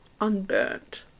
Unburnt